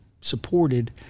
supported